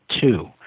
two